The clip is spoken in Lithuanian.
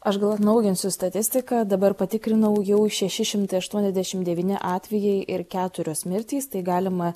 aš gal atnaujinsiu statistiką dabar patikrinau jau šeši šimtai aštuoniasdešimt devyni atvejai ir keturios mirtys tai galima